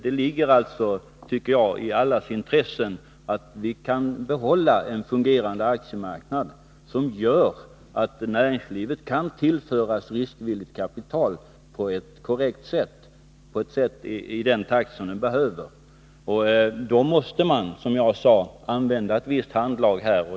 Det ligger, tycker jag, i allas intresse att vi kan behålla en fungerande aktiemarknad som gör att näringslivet kan tillföras riskvilligt kapital på ett korrekt sätt och i den takt som behövs. Då måste man, som jag sade, ha ett visst handlag.